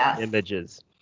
images